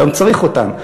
היום צריך אותם.